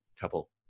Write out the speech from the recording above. couple